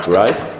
right